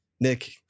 Nick